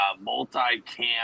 multi-cam